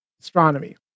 astronomy